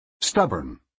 Stubborn